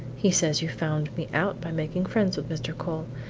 he says you found me out by making friends with mr. cole.